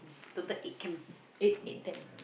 total eight camp eight eight temp